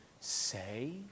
say